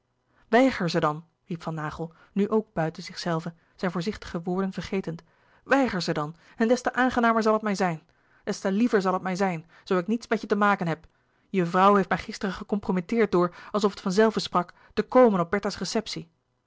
weiger ze dan riep van naghel nu ook buiten zichzelven zijn voorzichtige woorden vergetend weiger ze dan en des te aangenamer zal het mij zijn des te liever zal het mij zijn zoo ik niets met je te maken heb je vrouw heeft mij gisteren gecomprometteerd door alsof louis couperus de boeken der kleine zielen het van zelve sprak te komen op bertha's receptie